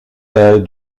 taille